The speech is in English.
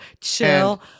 chill